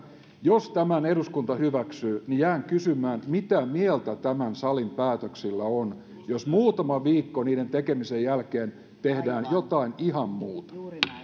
jos tämän eduskunta hyväksyy niin jään kysymään mitä mieltä tämän salin päätöksillä on jos muutama viikko niiden tekemisen jälkeen tehdään jotain ihan muuta